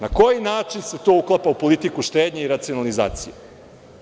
Na koji način se to uklapa u politiku štednje i racionalizacije?